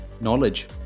Knowledge